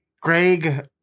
Greg